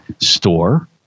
store